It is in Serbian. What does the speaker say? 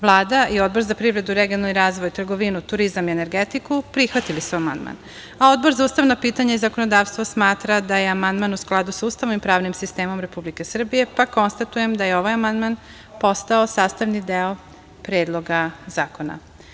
Vlada i Odbor za privredu, regionalni razvoj, trgovinu, turizam i energetiku prihvatili su amandman, a Odbor za ustavna pitanja i zakonodavstvo smatra da je amandman u skladu sa Ustavom i pravnim sistemom Republike Srbije, pa konstatujem da je ovaj amandman postao sastavni deo Predloga zakona.